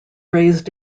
raised